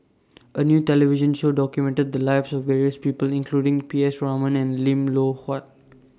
A New television Show documented The Lives of various People including P S Raman and Lim Loh Huat